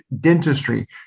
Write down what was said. dentistry